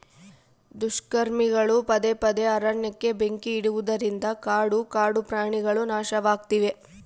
ದುಷ್ಕರ್ಮಿಗಳು ಪದೇ ಪದೇ ಅರಣ್ಯಕ್ಕೆ ಬೆಂಕಿ ಇಡುವುದರಿಂದ ಕಾಡು ಕಾಡುಪ್ರಾಣಿಗುಳು ನಾಶವಾಗ್ತಿವೆ